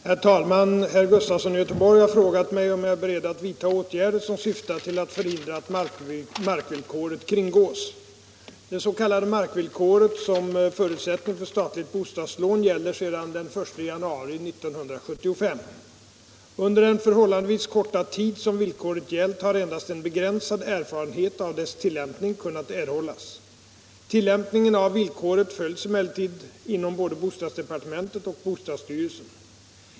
Herr talman! Herr Gösta Gustafsson i Göteborg har frågat mig om jag är beredd vidta åtgärder som syftar till att förhindra att markvillkoret kringgås. Det s.k. markvillkoret som förutsättning för statligt bostadslån gäller sedan den I januari 1975. Under den förhållandevis korta tid som villkoret gällt har endast en begränsad erfarenhet av dess tillämpning kunnat erhållas. Tillämpningen av villkoret följs emellertid inom både bostadsdepartementet och bostadsstyrelsen.